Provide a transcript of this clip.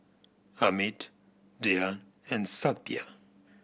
Amit Dhyan and Satya